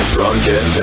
Drunken